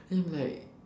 then I'm like